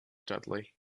dudley